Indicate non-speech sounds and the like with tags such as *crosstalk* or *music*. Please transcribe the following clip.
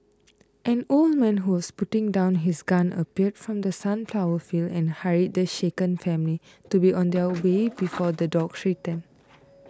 an old man who was putting down his gun appeared from the sunflower fields and hurried the shaken family to be on their *noise* way before the dogs return